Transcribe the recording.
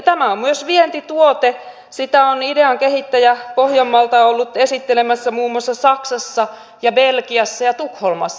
tämä on myös vientituote sitä on idean kehittäjä pohjanmaalta ollut esittelemässä muun muassa saksassa ja belgiassa ja tukholmassa